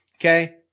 Okay